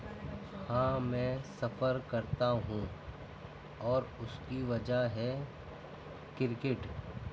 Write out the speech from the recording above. ہاں میں سفر کرتا ہوں اور اُس کی وجہ ہے کرکٹ